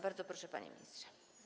Bardzo proszę, panie ministrze.